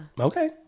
Okay